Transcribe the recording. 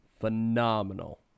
phenomenal